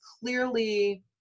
clearly